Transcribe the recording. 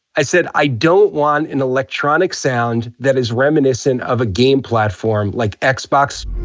i said, i don't want an electronic sound that is reminiscent of a game platform like x-box,